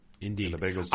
Indeed